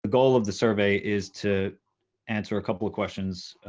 goal of the survey is to answer a couple of questions,